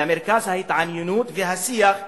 למרכז ההתעניינות והשיח החברתי,